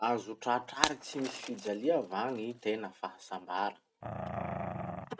Afaky tratrary tsy misy fijalia va gny tena fahasambara?